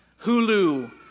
Hulu